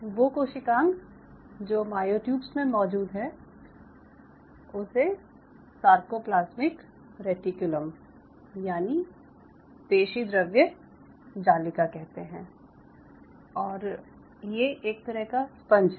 वो कोशिकांग जो मायोट्यूब्स में मौजूद है उसे सारकोप्लाज़्मिक रेटिक्यूलम यानि पेशीद्रव्य जालिका कहते हैं और ये एक तरह का स्पंज है